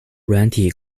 软体